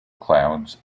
clouds